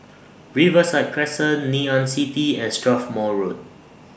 Riverside Crescent Ngee Ann City and Strathmore Road